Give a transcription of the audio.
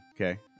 Okay